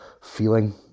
feeling